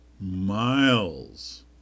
miles